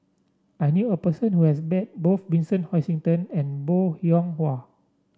I knew a person who has met both Vincent Hoisington and Bong Hiong Hwa